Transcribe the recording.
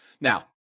Now